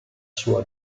sua